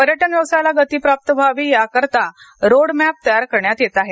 पर्यटन व्यवसायाला गती प्राप्त व्हावी याकरीता रोड मॅप तयार करण्यात येत आहे